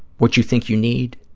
what you think you need,